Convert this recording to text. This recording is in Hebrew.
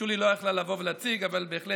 שולי לא הייתה יכולה לבוא ולהציג, אבל בהחלט